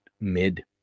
Mid